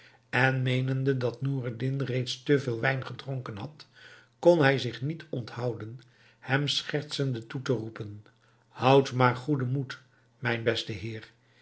en meenende dat noureddin reeds te veel wijn gedronken had kon hij zich niet onthouden hem schertsende toe te roepen houd maar goeden moed mijn beste heer